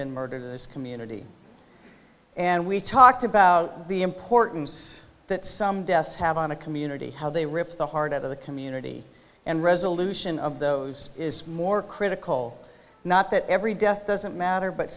been murdered in this community and we talked about the importance that some deaths have on the community how they ripped the heart of the community and resolution of those is more critical not that every death doesn't matter but